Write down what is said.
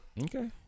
Okay